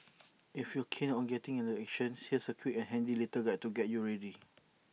if you're keen on getting in on the action here's A quick and handy little guide to get you ready